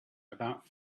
about